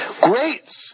Great